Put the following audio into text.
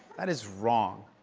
that is wrong.